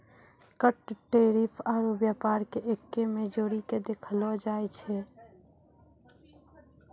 कर टैरिफ आरू व्यापार के एक्कै मे जोड़ीके देखलो जाए छै